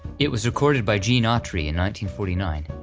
it was recorded by gene autry in forty nine,